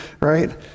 right